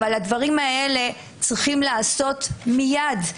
אבל הדברים האלה צריכים להיעשות מיד.